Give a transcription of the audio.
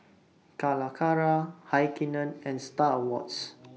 Calacara Heinekein and STAR Awards